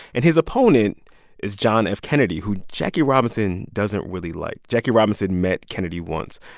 and his opponent is john f. kennedy, who jackie robinson doesn't really like. jackie robinson met kennedy once.